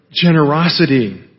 generosity